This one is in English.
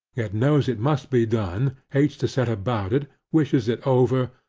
yet knows it must be done, hates to set about it, wishes it over,